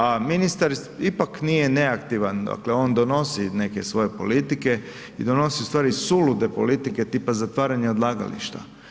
A ministar ipak nije neaktivan, dakle on donosi neke svoje politike i donosi ustvari sulude politike tipa zatvaranja odlagališta.